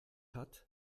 hat